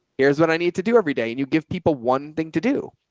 here's what i need to do every day. and you give people one thing to do.